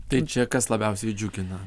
tai čia kas labiausiai džiugina